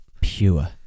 Pure